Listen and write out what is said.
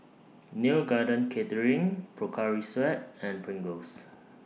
Neo Garden Catering Pocari Sweat and Pringles